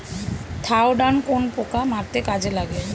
Thiodan কোন পোকা মারতে কাজে লাগে?